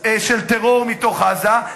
של טרור מתוך עזה,